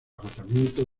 agotamiento